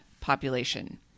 population